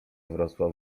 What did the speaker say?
wrosła